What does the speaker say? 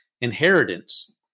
inheritance